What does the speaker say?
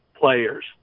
players